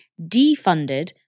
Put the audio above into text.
defunded